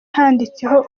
handitseho